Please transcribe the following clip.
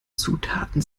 zutaten